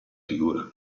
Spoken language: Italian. figura